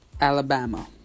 Alabama